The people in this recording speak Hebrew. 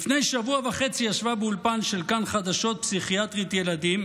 לפני שבוע וחצי ישבה באולפן של "כאן" חדשות פסיכיאטרית ילדים,